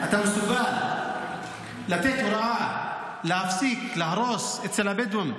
אתה מסוגל לתת הוראה להפסיק להרוס אצל הבדואים,